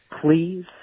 Please